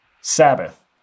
Sabbath